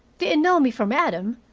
didn't know me from adam,